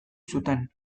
zuten